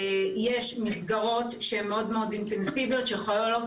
יש מסגרות שהן מאוד אינטנסיביות שיכולות